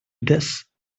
does